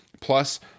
plus